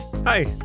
Hi